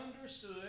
understood